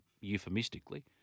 euphemistically